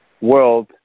world